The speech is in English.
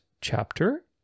chapter